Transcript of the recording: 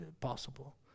possible